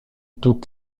tout